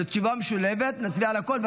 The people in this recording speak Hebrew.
זו תשובה משולבת, נצביע על הכול.